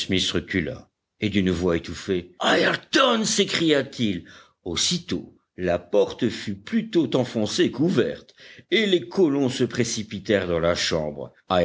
recula et d'une voix étouffée ayrton s'écria-t-il aussitôt la porte fut plutôt enfoncée qu'ouverte et les colons se précipitèrent dans la chambre